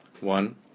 One